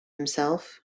himself